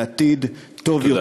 לעתיד טוב יותר,